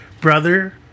brother